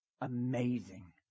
amazing